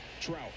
Trout